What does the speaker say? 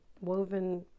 woven